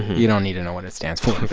you don't need to know what it stands for.